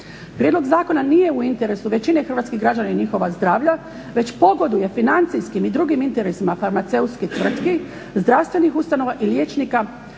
Prijedlog zakona nije u interesu većine hrvatskih građana i njihova zdravlja već pogoduje financijskim i drugim interesima, farmaceutskih tvrtki, zdravstvenih ustanova i liječnika